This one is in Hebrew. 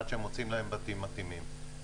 עד שמוצאים עבורם בתים מתאימים.